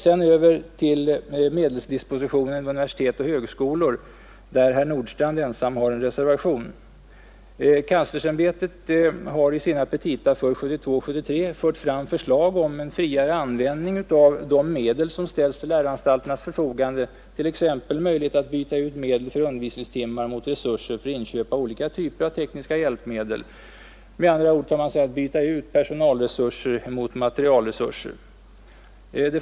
Sedan går jag över till medelsdispositionen vid universitet och högskolor, där herr Nordstrandh ensam har en reservation. Universitetskanslersämbetet har i sina petita för 1972/73 fört fram förslag om en friare användning av de medel som ställs till läroanstalternas förfogande, t.ex. möjlighet att byta ut medel för undervisningstimmar mot resurser för inköp av olika typer av tekniska hjälpmedel, med andra ord möjlighet att byta ut personalresurser mot materielresurser.